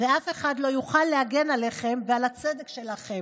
ואף אחד לא יוכל להגן עליכם ועל הצדק שלכם.